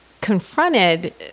confronted